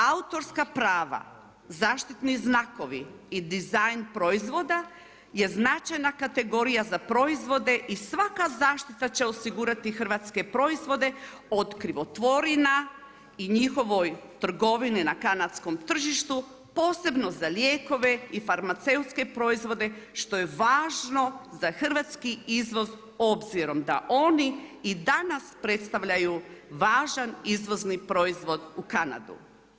Autorska prava, zaštitni znakovi i dizajn proizvoda je značajna kategorija za proizvode i svaka zaštita će osigurati hrvatske proizvode od krivotvorina i njihove trgovine na kanadskom tržištu posebno za lijekove i farmaceutske proizvode što je važno za hrvatski izvoz obzirom da oni i danas predstavljaju važan izvozni proizvod u Kanadu.